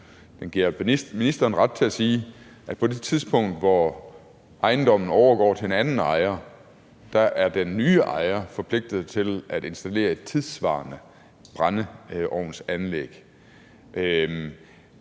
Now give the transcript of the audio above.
Den giver ministeren ret til at sige, at på det tidspunkt, hvor ejendommen overgår til en anden ejer, er den nye ejer forpligtet til at installere et tidssvarende brændeovnsanlæg.